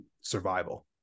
survival